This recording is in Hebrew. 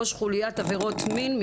ראש חוליית עבירות מין,